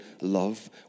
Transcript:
love